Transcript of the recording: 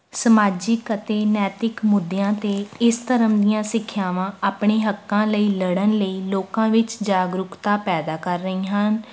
ਸਮਾਜਿਕ ਅਤੇ ਨੈਤਿਕ ਮੁੱਦਿਆਂ 'ਤੇ ਇਸ ਧਰਮ ਦੀਆਂ ਸਿੱਖਿਆਵਾਂ ਆਪਣੇ ਹੱਕਾਂ ਲਈ ਲੜਨ ਲਈ ਲੋਕਾਂ ਵਿੱਚ ਜਾਗਰੂਕਤਾ ਪੈਦਾ ਕਰ ਰਹੀ ਹਨ